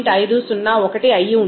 501 అయి ఉండాలి